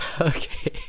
Okay